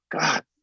god